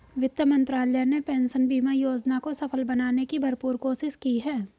वित्त मंत्रालय ने पेंशन बीमा योजना को सफल बनाने की भरपूर कोशिश की है